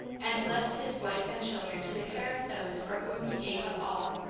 and left his wife and children to the care of those for whom he gave up all.